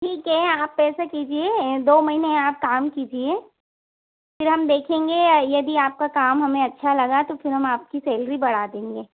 ठीक है आप ऐसे कीजिए दो महीने आप काम कीजिए फिर हम देखेंगे यदि आपका काम हमें अच्छा लगा तो फिर हम आपकी सैलरी बढ़ा देंगे